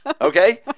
okay